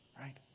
Right